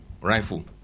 rifle